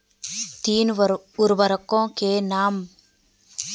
तीन उर्वरकों के नाम?